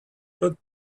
but